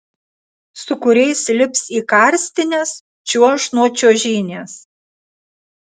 su kuriais lips į karstines čiuoš nuo čiuožynės